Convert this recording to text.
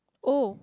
oh